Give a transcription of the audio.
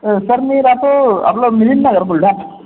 sir मी राहतो आपलं मिलिंद नगर बुलढाना